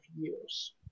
years